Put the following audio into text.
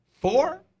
Four